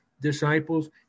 disciples